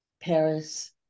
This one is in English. paris